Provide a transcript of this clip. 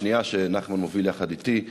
השנייה, שנחמן מוביל יחד אתי,